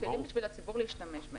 לשימוש הציבור.